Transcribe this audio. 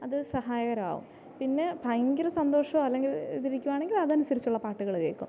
അത് സഹായകരമാകും പിന്നെ ഭയങ്കര സന്തോഷമോ അല്ലെങ്കിൽ ഇത് ഇരിക്കുകയാണെങ്കിൽ അതനുസരിച്ചുള്ള പാട്ടുകൾ കേൾക്കും